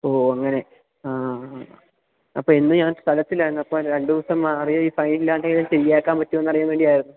ഓ അങ്ങനെ ആ അപ്പോള് ഇന്ന് ഞാൻ സ്ഥലത്തില്ലായിരുന്നു സാർ രണ്ടു ദിവസം മാറിയാല് ഈ ഫൈനില്ലാതെ ശരിയാക്കാന് പറ്റുമോയെന്ന് അറിയാന് വേണ്ടിയായിരുന്നു